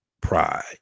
pride